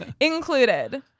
Included